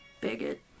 Bigot